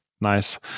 nice